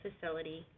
facility